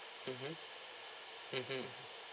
mmhmm mmhmm